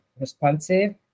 responsive